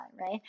right